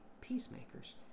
peacemakers